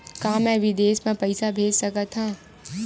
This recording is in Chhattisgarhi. का मैं विदेश म पईसा भेज सकत हव?